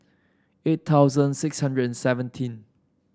eight thousand six hundred and seventeen